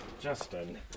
Justin